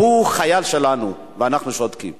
הוא חייל שלנו, ואנחנו שותקים.